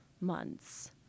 months